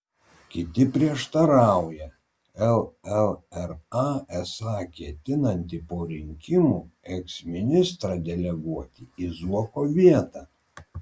kiti prieštarauja llra esą ketinanti po rinkimų eksministrą deleguoti į zuoko vietą